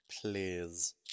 Please